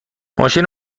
ماشین